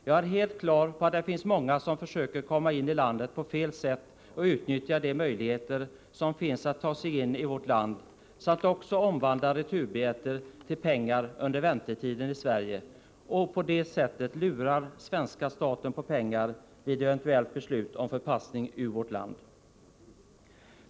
Jag känner väl till att det finns många som försöker komma in i landet på fel sätt och utnyttjar de möjligheter som finns att ta sig in i vårt land samt att också omvandla returbiljetten till pengar under väntetiden i Sverige och på det sättet ”lura” svenska staten på pengar vid eventuellt beslut om förpassning ur vårt land.